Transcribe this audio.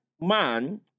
man